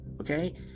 Okay